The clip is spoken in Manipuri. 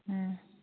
ꯎꯝ